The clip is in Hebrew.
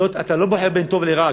אתה לא בוחר בין טוב לרע,